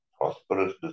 prosperous